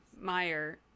Meyer